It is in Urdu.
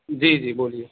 جی جی بولیے